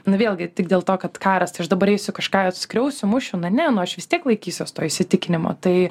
na vėlgi tik dėl to kad karas tai aš dabar eisiu kažką skriausiu mušiu na ne nu aš vis tiek laikysiuosi to įsitikinimo tai